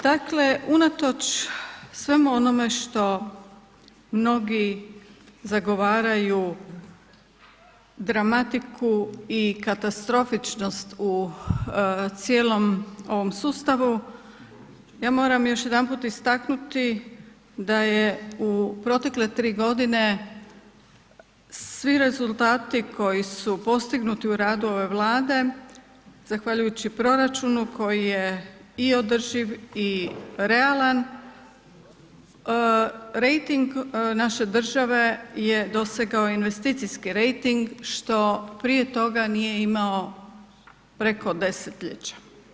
Dakle, unatoč svemu onome što mnogi zagovaraju dramatiku i katastrofičnost u cijelom ovom sustavu, ja moram još jedanput istaknuti da je u protekle tri godine svi rezultati koji su postignuti u radu ove Vlade zahvaljujući proračunu koji je i održiv i realan, rejting naše države je dosegao investicijski rejting što prije toga nije imao preko desetljeća.